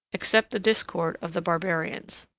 except the discord of the barbarians.